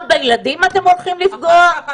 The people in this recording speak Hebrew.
גם בילדים אתם הולכים לפגוע?